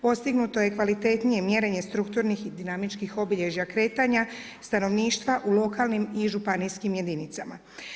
Postignuto je kvalitetnije mjerenje strukturnih i dinamičkih obilježja kretanja stanovništva u lokalnim i županijskim jedinicama.